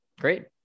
Great